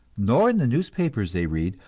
nor in the newspapers they read,